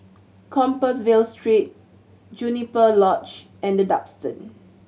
Compassvale Street Juniper Lodge and The Duxton